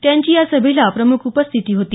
त्यांची या सभेला प्रमुख उपस्थिती होती